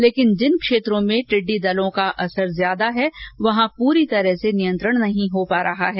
लेकिन जिन क्षेत्रों में टिड्डी दल का ज्यादा असर है वहां पूरी तरह से नियंत्रण नहीं हो पा रहा है